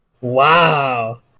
Wow